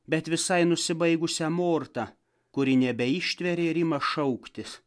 bet visai nusibaigusią mortą kuri nebeištveria ir ima šauktis